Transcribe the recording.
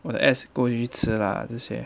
我的 ex 跟我一起吃 lah 这些